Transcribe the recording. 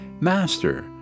Master